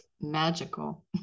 magical